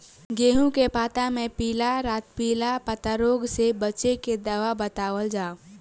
गेहूँ के पता मे पिला रातपिला पतारोग से बचें के दवा बतावल जाव?